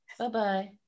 Bye-bye